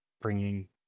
bringing